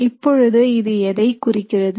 இப்பொழுது இது எதை குறிக்கிறது